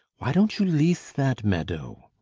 why don't you lease that meadow?